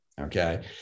Okay